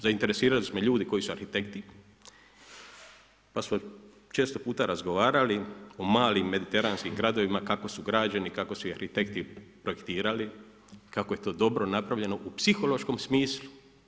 Zainteresirali su me ljudi koji su arhitekti, pa smo često puta razgovarali o malim mediteranskim gradovima kako su građeni, kao su ih arhitekti projektirali, kako je to dobro napravljeno u psihološkom smislu.